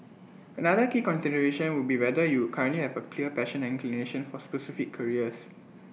another key consideration would be whether you currently have A clear passion and inclination for specific careers